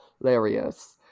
hilarious